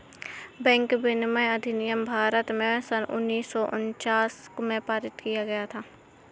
bank विनियमन अधिनियम भारत में सन उन्नीस सौ उनचास में पारित किया गया था